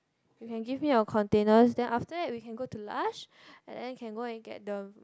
you can give me your containers then after that we can go to Lush and then we can go and get the